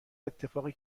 اتفاقی